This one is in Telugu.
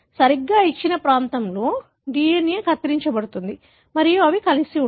సరిగ్గా ఇచ్చిన ప్రాంతంలో DNA కత్తిరించబడుతుంది మరియు అవి కలిసి ఉంటాయి